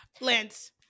Lance